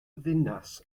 ddinas